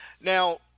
Now